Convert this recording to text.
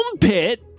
pit